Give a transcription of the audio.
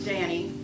Danny